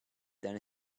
than